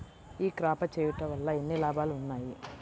ఈ క్రాప చేయుట వల్ల ఎన్ని లాభాలు ఉన్నాయి?